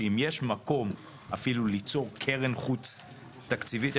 שאם יש מקום אפילו ליצור קרן חוץ תקציבית,